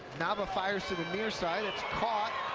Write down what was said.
nava fires to the near side, it's caught.